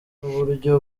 n’uburyo